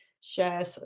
share